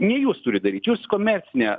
ne jūs turit daryt jūs komercinė